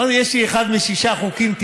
אמרתי: יש לי אחד משישה חוקים,